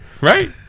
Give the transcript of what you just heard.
right